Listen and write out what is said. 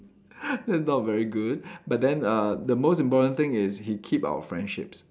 that's not very good but then uh the most important thing is that he keep our friendships